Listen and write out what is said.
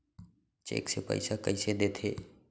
Cheque से पइसा कइसे देथे?